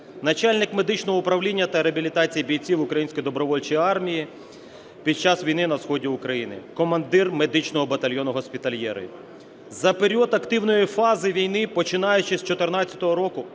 начальник медичного управління та реабілітації бійців української добровольчої армії під час війни на сході України, командир медичного батальйону "Госпітальєри". За період активної фази війни, починаючи з 14-го року,